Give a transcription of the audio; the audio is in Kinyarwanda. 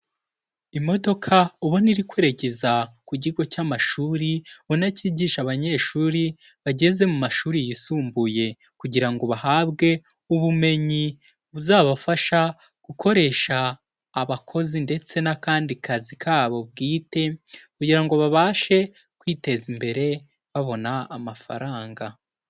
imodoka ubuna iri kwerekeza ku kigo cy'amashuri ubonana cyigisha abanyeshuri bageze mu mashuri yisumbuye, kugira ngo bahabwe ubumenyi buzabafasha gukoresha abakozi ndetse n'akandi kazi kabo bwite, kugira ngo babashe kwiteza imbere babona amafaranga.